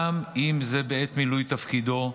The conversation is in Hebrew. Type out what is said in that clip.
גם אם זה בעת מילוי תפקידו,